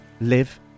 live